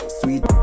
sweet